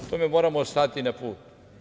Tome moramo stati na put.